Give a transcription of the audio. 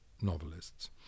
novelists